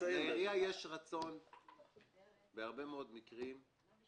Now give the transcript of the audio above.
לעירייה יש רצון בהרבה מאוד מקרים לבוא